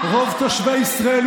רוב תושבי ישראל,